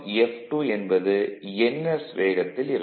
F F2 என்பது ns வேகத்தில் இருக்கும்